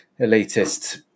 elitist